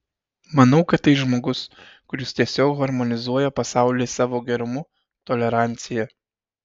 manau kad tai žmogus kuris tiesiog harmonizuoja pasaulį savo gerumu tolerancija